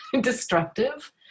destructive